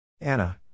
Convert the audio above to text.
Anna